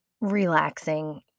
relaxing